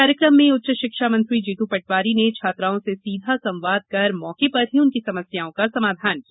कार्यक्रम में उच्च शिक्षा मंत्री जीतू पटवारी ने छात्राओं से सीधा संवाद कर मौके पर ही उनकी समस्याओं का समाधान किया